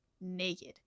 naked